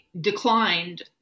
declined